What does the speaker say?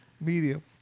medium